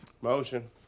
Motion